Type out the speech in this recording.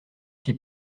fit